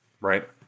right